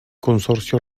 consorcio